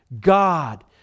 God